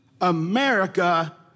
America